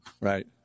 Right